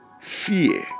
Fear